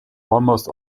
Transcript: almost